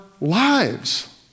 lives